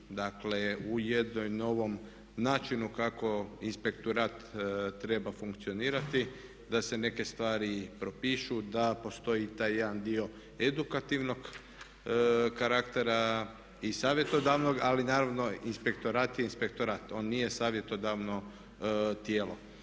Dakle u jednom novom načinu kako inspektorat treba funkcionirati da se neke stvari propišu, da postoji taj jedan dio edukativnog karaktera i savjetodavnog ali naravno inspektorat je inspektorat, on nije savjetodavno tijelo.